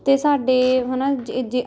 ਅਤੇ ਸਾਡੇ ਹੈ ਨਾ ਜੇ ਜੇ